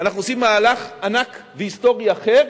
אנחנו עושים מהלך ענק והיסטורי אחר: